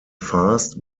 fast